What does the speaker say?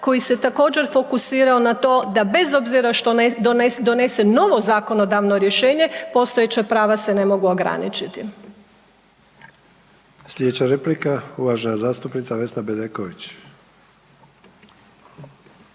koji se također fokusirao na to da bez obzira što donese novo zakonodavno rješenje postojeća prave se ne mogu ograničiti.